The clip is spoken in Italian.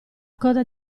coda